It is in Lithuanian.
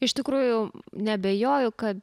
iš tikrųjų neabejoju kad